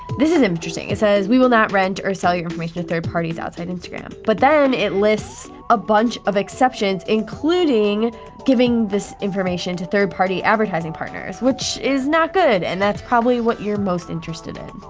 this is interesting. it says we will not rent or sell your information to third parties outside instagram. but then it lists a bunch of exceptions, including giving this information to third party advertising partners, which is not good, and that's probably what you're most interested in.